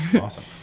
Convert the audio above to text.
Awesome